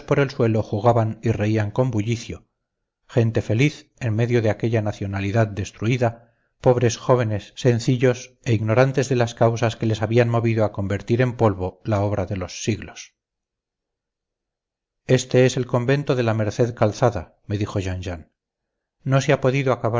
el suelo jugaban y reían con bullicio gente feliz en medio de aquella nacionalidad destruida pobres jóvenes sencillos e ignorantes de las causas que les habían movido a convertir en polvo la obra de los siglos este es el convento de la merced calzada me dijo jean jean no se ha podido